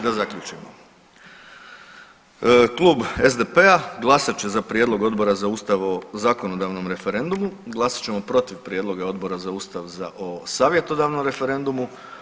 Da zaključim, klub SDP-a glasat će za prijedlog odbora o zakonodavnom referendumu, glasat ćemo protiv prijedloga Odbora za Ustav o savjetodavnom referendumu.